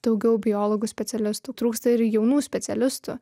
daugiau biologų specialistų trūksta ir jaunų specialistų